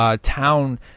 town